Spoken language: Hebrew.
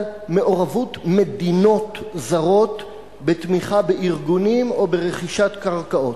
על מעורבות מדינות זרות בתמיכה בארגונים או ברכישת קרקעות.